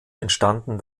entstanden